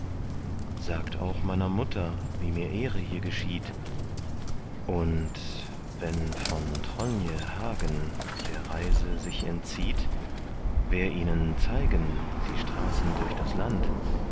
sagt auch meiner mutter wie mir ehre hier geschieht und wenn von tronje hagen der reise sich entzieht wer ihnen zeigen die straßen durch das land